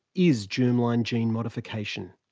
is germline gene modification.